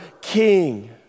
king